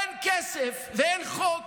אין כסף ואין חוק